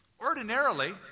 Ordinarily